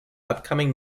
upcoming